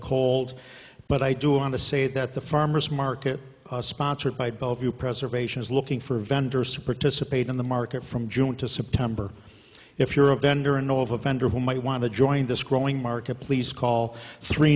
cold but i do want to say that the farmer's market sponsored by bellevue preservation is looking for vendors to participate in the market from june to september if you're a vendor and all of a vendor who might want to join this growing market please call three